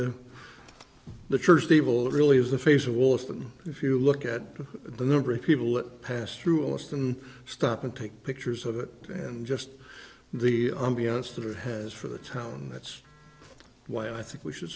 steeple really is the face of all of them if you look at the number of people that pass through austin stop and take pictures of it and just the ambience that has for the town that's why i think we should